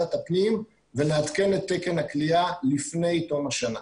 לוועדת הפנים ונעדכן את תקן הכליאה לפני תום השנה.